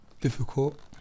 difficult